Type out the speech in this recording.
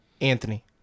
Anthony